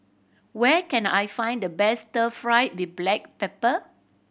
where can I find the best stir fried with black pepper